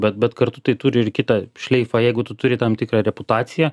bet bet kartu tai turi ir kitą šleifą jeigu tu turi tam tikrą reputaciją